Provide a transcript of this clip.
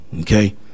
okay